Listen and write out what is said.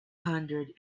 hundred